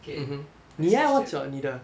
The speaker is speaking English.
okay next question